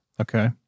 okay